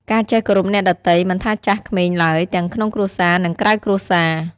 ការចេះគោរពអ្នកដទៃ មិនថាចាស់ក្មេងឡើយ ទាំងក្នុងគ្រួសារ និងក្រៅគ្រួសារ ។